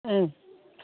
ओं